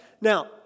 now